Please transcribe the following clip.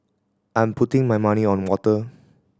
I'm putting my money on water